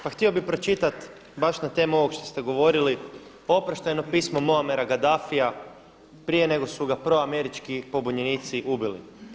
Pa htio bi pročitati baš na temu ovog što ste govorili oproštajno pismo Muammer al-Gaddafija prije nego su ga pro američki pobunjenici ubili.